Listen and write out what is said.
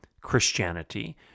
Christianity